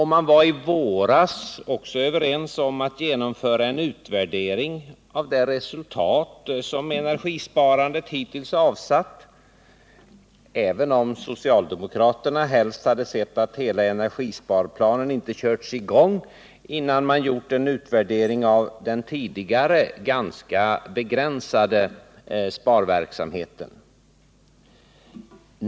Man var i våras också överens om att genomföra en utvärdering av det resultat som energisparandet hittills avsatt, även om socialdemokraterna helst hade sett att hela energisparplanen inte körts i gång innan en utvärdering gjorts av den tidigare ganska begränsade verksamheten.